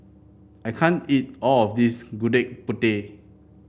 I can't eat all of this Gudeg Putih